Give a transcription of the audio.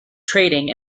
trading